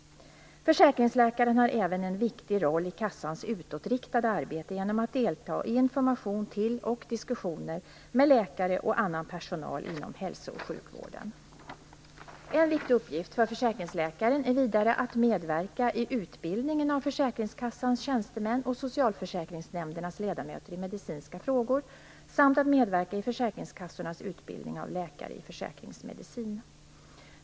Försäkringsläkaren har även en viktig roll i kassans utåtriktade arbete genom att delta i information till och diskussioner med läkare och annan personal inom hälso och sjukvården. En viktig uppgift för försäkringsläkaren är vidare att medverka i utbildningen av försäkringskassans tjänstemän och socialförsäkringsnämndernas ledamöter i medicinska frågor samt att medverka i försäkringskassornas utbildning av läkare i försäkringsmedicin.